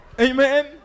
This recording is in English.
Amen